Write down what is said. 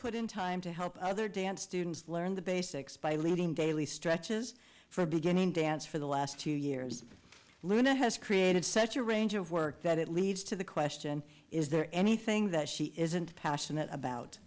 put in time to help other dance students learn the basics by leading daily stretches for beginning dance for the last two years luna has created such a range of work that it leads to the question is there anything that she isn't passionate about